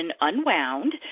unwound